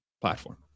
platform